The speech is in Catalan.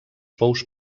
pous